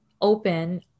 open